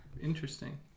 interesting